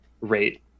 rate